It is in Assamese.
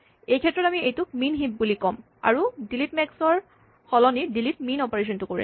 এইক্ষেত্ৰত আমি এইটোক মিন হিপ বুলি ক'ম আৰু ডিলিট মেক্স ৰ সলনি ডিলিট মিন অপাৰেচনটো কৰিম